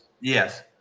Yes